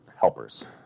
helpers